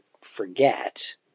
forget